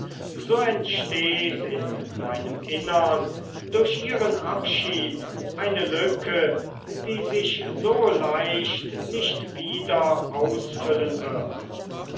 so entsteht in meinem innern durch ihren abschied eine lücke die sich so leicht nicht wieder ausfüllen wird